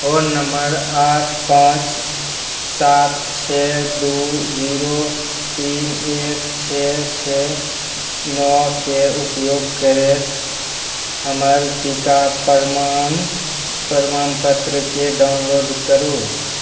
phone number आठ पाँच सात छे दू जीरो तीन एक छओ छओ नओ के ऊपयोग करैत हमर टीका प्रमाणपत्रके डाउनलोड करु